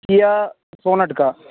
கியா சோனட்டுக்கா